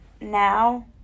now